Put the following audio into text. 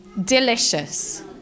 delicious